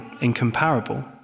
incomparable